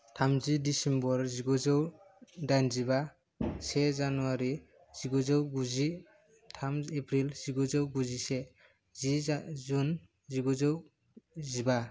थामजि डिसेम्बर जिगुजौ दाइनजिबा से जानुवारी जिगुजौ गुजि थाम एप्रिल जिगुजौ गुजिसे जि जुन जिगुजौ जिबा